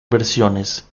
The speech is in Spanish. versiones